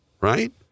right